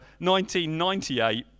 1998